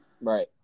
Right